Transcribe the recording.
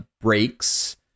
breaks